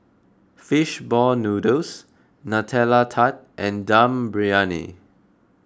Fish Ball Noodles Nutella Tart and Dum Briyani